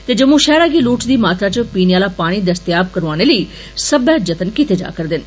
ते जम्मू षैहरा गी लोडचदी मात्रा च पीने आहला पानी दस्तेयाब करोआने लेई सब्बै जत्न कीते जा'रदे न